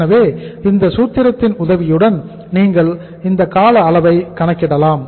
எனவே இந்த சூத்திரத்தின் உதவியுடன் நீங்கள் இந்த கால அளவை கணக்கிடலாம்